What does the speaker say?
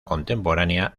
contemporánea